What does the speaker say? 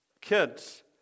Kids